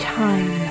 time